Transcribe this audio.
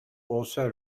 also